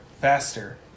Faster